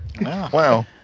Wow